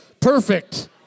perfect